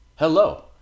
Hello